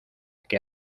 que